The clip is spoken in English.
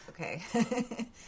Okay